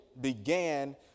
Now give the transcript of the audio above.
began